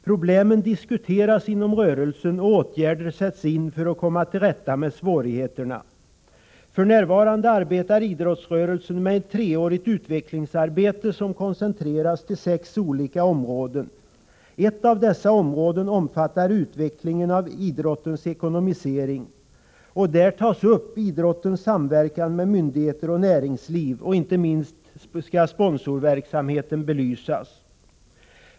Problemen diskuteras inom rörelsen, och åtgärder sätts in för att komma till rätta med svårigheterna. För närvarande arbetar idrottsrörelsen med ett treårigt utvecklingsarbete, som koncentreras till sex olika områden. Ett av dessa områden omfattar utvecklingen av idrottens ekonomisering. Där tas upp frågan om idrottens samverkan med myndigheter och näringsliv. Inte minst skall sponsorverksamheten belysas.